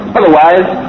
otherwise